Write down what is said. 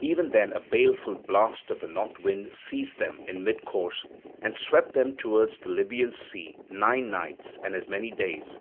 even then a baleful blast of the north wind seized them in mid-course and swept them towards the libyan sea nine nights and as many days,